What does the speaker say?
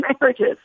marriages